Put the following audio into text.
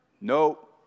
No